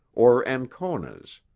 or anconas,